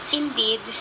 indeed